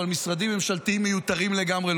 אבל משרדים ממשלתיים מיותרים לגמרי,